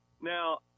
Now